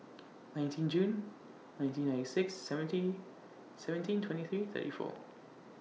nineteen June nineteen ninety six seventy seventeen twenty three thirty four